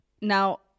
Now